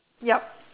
yup